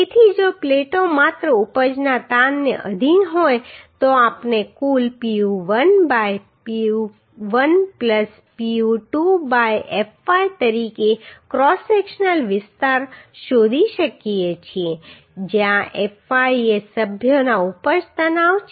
તેથી જો પ્લેટો માત્ર ઉપજના તાણને આધિન હોય તો આપણે કુલ Pu1 by Pu1 Pu2 by fy તરીકે ક્રોસ સેક્શનલ વિસ્તાર શોધી શકીએ છીએ જ્યાં fy એ સભ્યનો ઉપજ તણાવ છે